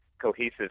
cohesive